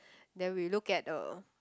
then we look at a